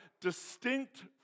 distinct